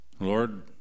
Lord